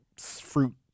fruit